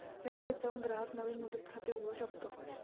बँकेत जाऊन ग्राहक नवीन मुदत खाते उघडू शकतो